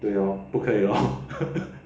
对咯不可以咯